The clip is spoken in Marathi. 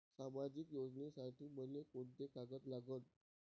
सामाजिक योजनेसाठी मले कोंते कागद लागन?